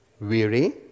weary